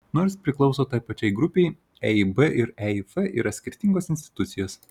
nors priklauso tai pačiai grupei eib ir eif yra skirtingos institucijos